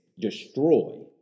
destroy